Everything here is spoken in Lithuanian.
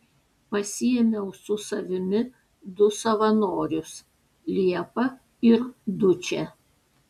pasiėmiau su savimi du savanorius liepą ir dučę